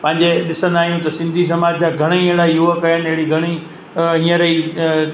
पंहिंजे ॾिसंदा आहियूं त पंहिंजे सिंधी समाज जा घणे ई अहिड़ा युवक आहिनि अहिड़ी घणी हींअर ई